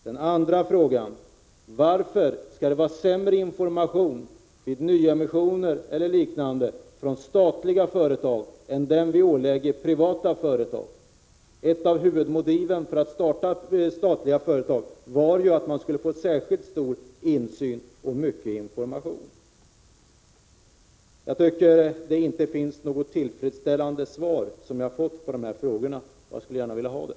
Den andra frågan var: Varför skall det vara sämre information vid nyemissioner och liknande från statliga företag än den som vi ålägger privata företag? Ett av huvudmotiven för startandet av statliga företag var ju att man skulle få särskilt stor insyn och mycket information. Jag tycker inte att jag har fått tillfredsställande svar på dessa frågor, men jag skulle gärna vilja ha det.